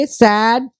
sad